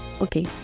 Okay